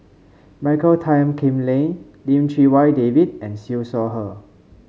Michael Tan Kim Nei Lim Chee Wai David and Siew Shaw Her